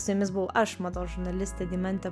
su jumis buvau aš mados žurnalistė deimantė